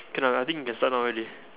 can ah I think we can start now already